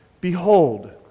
Behold